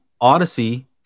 Odyssey